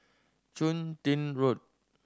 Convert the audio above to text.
Chun Tin Road